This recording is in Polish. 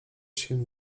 się